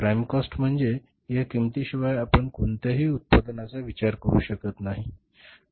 prime cost म्हणजे या किंमतीशिवाय आपण कोणत्याही उत्पादनाचा विचार करू शकत नाही बरोबर